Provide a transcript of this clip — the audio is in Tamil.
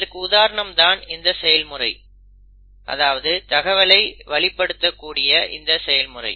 இதற்கு உதாரணம் தான் இந்த செயல்முறை அதாவது தகவலை வழிப்படுத்தக் கூடிய இந்த செயல்முறை